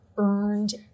Earned